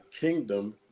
kingdom